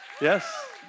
Yes